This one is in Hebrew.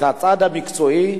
את הצד המקצועי,